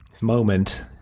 moment